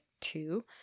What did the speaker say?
two